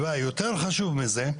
ויותר חשוב מזה,